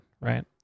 right